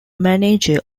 manager